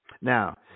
Now